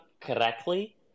correctly